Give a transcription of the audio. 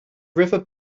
river